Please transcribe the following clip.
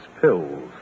pills